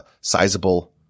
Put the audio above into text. sizable